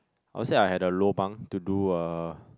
I would say I had a lobang to do a